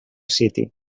city